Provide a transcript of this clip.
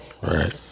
Right